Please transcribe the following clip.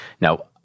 Now